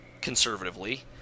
conservatively